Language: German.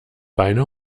beine